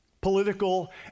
political